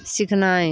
सिखनाय